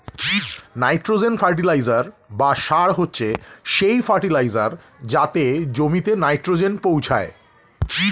nitrogen fertiliser বা সার হচ্ছে সেই ফার্টিলাইজার যাতে জমিতে নাইট্রোজেন পৌঁছায়